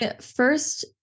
first